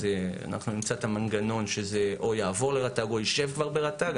אנחנו נמצא את המנגנון שזה יעבור לרט"ג או ישב כבר ברט"ג.